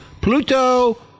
Pluto